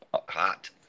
hot